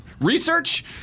Research